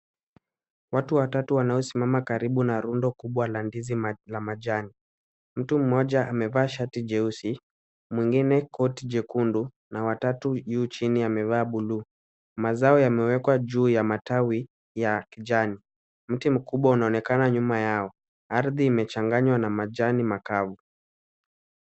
Watu wawatu wanaosimama karibu na rundo kubwa la ndizi za majani. Mtu mmoja amevaa shati jeusi mwingine koti jekundu na wa tatu juu chini amevaa bluu. Mazao yamewekwa juu ya matawi ya kijani. Mti mkubwa unaonekana nyuma yao. Ardhi imechanganywa na majani makavu.